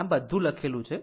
આમ બધું લખેલું છે